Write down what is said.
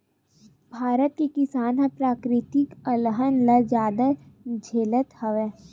भारत के किसान ह पराकिरितिक अलहन ल जादा झेलत हवय